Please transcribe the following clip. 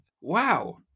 Wow